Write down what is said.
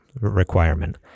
requirement